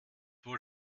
wohl